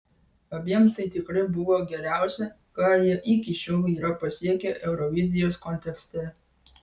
abiem tai tikrai buvo geriausia ką jie iki šiol yra pasiekę eurovizijos kontekste